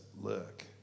look